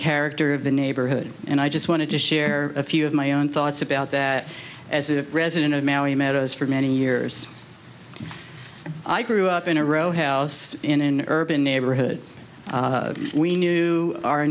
character of the neighborhood and i just wanted to share a few of my own thoughts about that as a resident of maui meadows for many years i grew up in a row house in an urban neighborhood we knew our